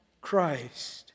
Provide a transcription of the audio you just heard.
Christ